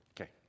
Okay